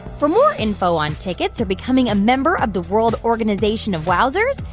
for more info on tickets or becoming a member of the world organization of wowzers,